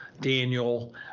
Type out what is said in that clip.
Daniel